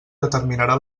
determinarà